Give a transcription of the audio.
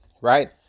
right